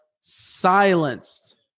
silenced